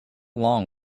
long